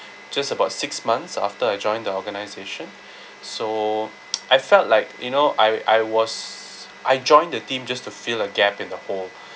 just about six months after I joined the organisation so I felt like you know I I was I joined the team just to fill a gap in the hole